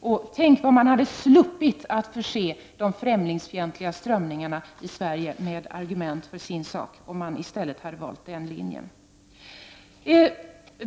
Och man hade sluppit att förse de främlingsfientliga strömningarna i Sverige med argument för deras sak, om man i stället hade valt den linjen.